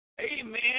Amen